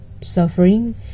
suffering